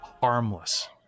harmless